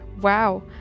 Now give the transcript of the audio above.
wow